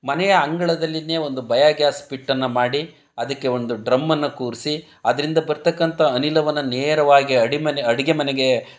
ಮನೆಯ ಅಂಗಳದಲ್ಲಿನೇ ಒಂದು ಬಯೋಗ್ಯಾಸ್ ಪಿಟ್ಟನ್ನು ಮಾಡಿ ಅದಕ್ಕೆ ಒಂದು ಡ್ರಮ್ಮನ್ನು ಕೂರಿಸಿ ಅದರಿಂದ ಬರತಕ್ಕಂಥ ಅನಿಲವನ್ನು ನೇರವಾಗಿ ಅಡಿಮನೆ ಅಡಿಗೆ ಮನೆಗೆ